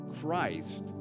Christ